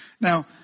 Now